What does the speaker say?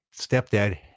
stepdad